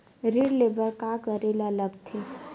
ऋण ले बर का करे ला लगथे?